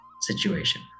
situation